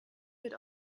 wird